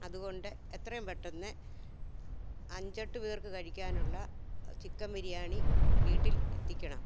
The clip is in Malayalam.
അതുകൊണ്ട് എത്രയും പെട്ടെന്ന് അഞ്ചെട്ട് പേർക്ക് കഴിക്കാനുള്ള ചിക്കൻ ബിരിയാണി വീട്ടിൽ എത്തിക്കണം